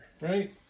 right